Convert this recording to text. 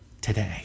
today